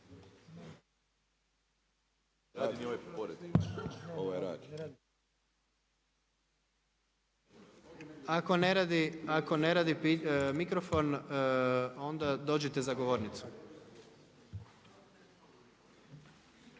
Ako ne radi mikrofon, onda dođite za govornicu.